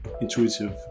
intuitive